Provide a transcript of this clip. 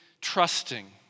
trusting